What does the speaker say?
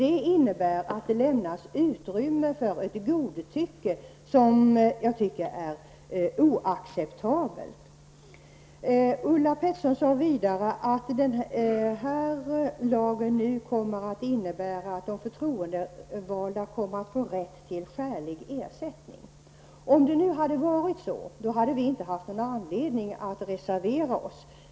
Detta innebär att det här lämnas utrymmen för ett godtycke som jag anser vara oacceptabelt. Ulla Pettersson sade vidare att den här lagstiftningen kommer att innebära att de förtroendevalda kommer att få rätt till skälig ersättning. Om det nu hade varit så, hade vi inte haft någon anledning att reservera oss.